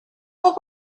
what